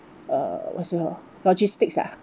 uh what's it called logistics ah